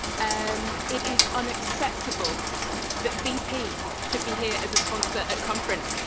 and it is unacceptable that bp should be here as a sponsor at conference.